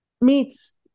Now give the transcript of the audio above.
meets